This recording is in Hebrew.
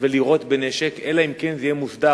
ולירות בנשק, אלא אם כן זה יהיה מוסדר.